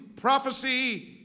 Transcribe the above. prophecy